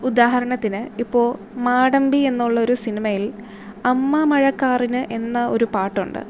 ഉദാഹരണത്തിന് ഇപ്പോൾ മാടമ്പി എന്നുള്ള ഒരു സിനിമയിൽ അമ്മമഴക്കാറിന് എന്ന ഒരു പാട്ടുണ്ട്